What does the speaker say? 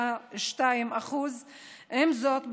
12.2%. עם זאת,